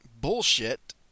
bullshit